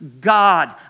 God